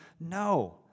No